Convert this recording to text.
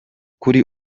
kuri